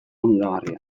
onuragarria